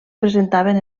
presentaven